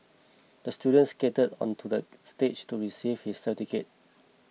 the student skated onto the stage to receive his certificate